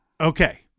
Okay